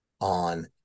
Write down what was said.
on